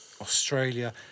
Australia